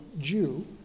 Jew